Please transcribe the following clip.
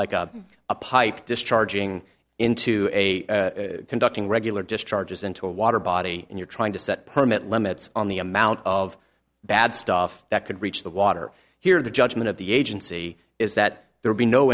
like a pipe discharging into a conducting regular discharges into a water body and you're trying to set permit limits on the amount of bad stuff that could reach the water here the judgment of the agency is that there be no